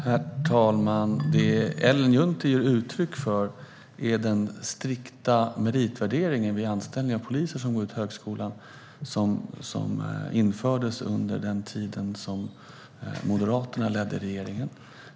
Herr talman! Det Ellen Juntti ger uttryck för är den strikta meritvärdering vid anställning av poliser som går ut högskolan som infördes under den tid som Moderaterna ledde regeringen.